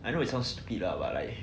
I know it sounds stupid lah but like